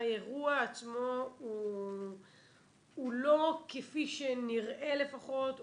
האירוע עצמו הוא לא כפי שנראה לפחות,